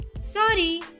Sorry